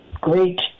great